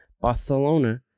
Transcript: Barcelona